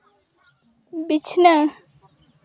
ᱵᱤᱪᱷᱱᱟᱹ